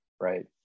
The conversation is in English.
right